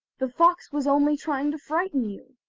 the fox was only trying to frighten you.